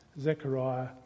Zechariah